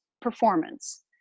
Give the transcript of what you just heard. performance